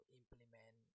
implement